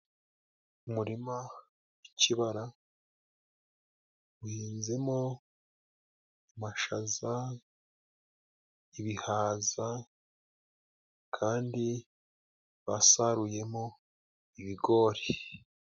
Umurima w'ikibara uhinzemo amashaza, ibihaza kandi basaruyemo ibigori.